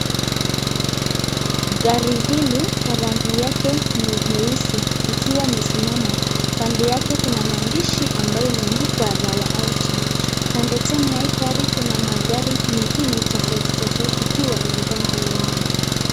Gari hili Kwa rangi yake nyeusi ikiwa imesimama kando yake kuna maandishi ambayo imeandikwa Rawa auto, kando tena ya hii gari kuna magari mengine tofauti tofauti ikiwa imepanga laini.